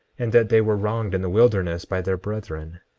and that they were wronged in the wilderness by their brethren,